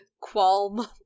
qualm